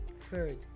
Third